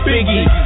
Biggie